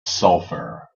sulfur